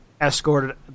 escorted